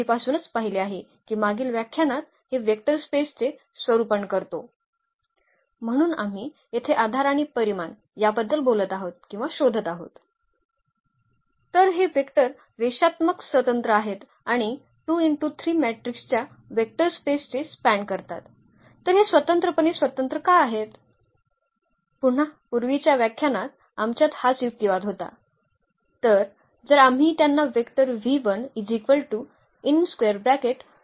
म्हणून आधार अद्वितीय नाहीत आमच्याकडे भिन्न सेट असू शकतात मुख्य गुणधर्म हे एक रेषेत स्वतंत्र असणे आवश्यक आहे जे एक मालमत्ता आहे आणि दुसरे हे की त्यांनी संपूर्ण वेक्टर स्पेस वाढविली पाहिजे